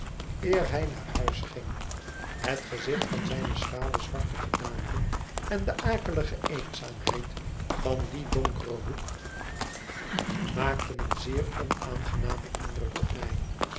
eer hij naar huis ging het gezicht van zijne schrale zwarte gedaante en de akelige eenzaamheid van dien donkeren hoek maakten een zeer onaangenamen indruk op mij